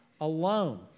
alone